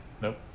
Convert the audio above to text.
Nope